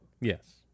Yes